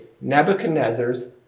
Nebuchadnezzar's